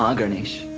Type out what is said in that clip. um ganesh,